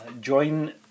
join